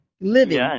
Living